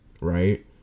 right